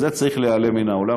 זה צריך להיעלם מהעולם.